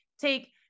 take